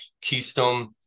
Keystone